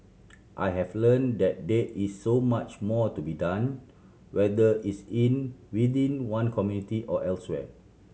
I have learn that there is so much more to be done whether it's in within one community or elsewhere